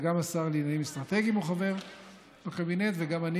וגם השר לעניינים אסטרטגיים הוא חבר בקבינט וגם אני